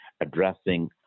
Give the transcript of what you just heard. addressing